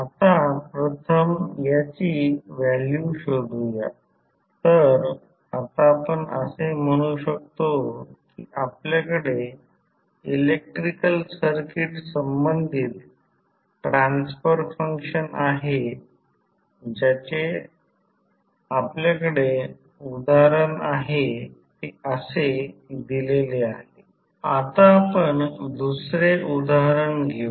आपण प्रथम याची व्हॅल्यू शोधूया तर आता आपण असे म्हणू शकतो की आपल्याकडे इलेक्ट्रिकल सर्किट संबंधित ट्रान्सफर फंक्शन ज्याचे आपल्याकडे उदाहरण आहे ते असे दिलेले आहे आता आपण दुसरे उदाहरण घेऊ